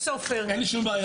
אין לי שום בעיה.